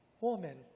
Woman